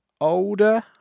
older